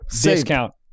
discount